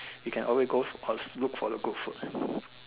we can always go all look for the good food